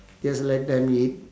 just let them eat